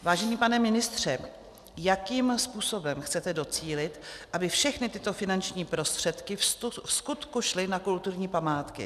Vážený pane ministře, jakým způsobem chcete docílit, aby všechny tyto finanční prostředky vskutku šly na kulturní památky?